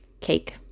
cake